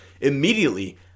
immediately